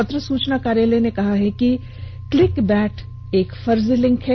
पत्र सूचना कार्यालय ने कहा है कि क्लिकबैट फर्जी लिंक है